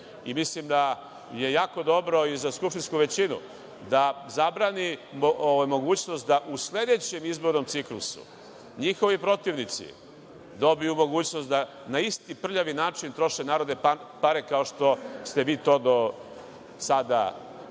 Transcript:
Srbije. Mislim da je jako dobro i za skupštinsku većinu da zabrani mogućnost da u sledećem izbornom ciklusu njihovi protivnici dobiju mogućnost da na isti prljavi način troše narodne pare, kao što ste vi to do sada radili.